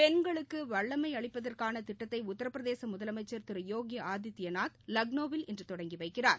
பெண்களுக்குவல்லமைஅளிப்பதற்கானதிட்டத்தைஉத்திரபிரதேசமுதலமைச்சர் திருயோகிஆதித்யநாத் லக்னோவில் இன்றுதொடங்கிவைக்கிறார்